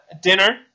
dinner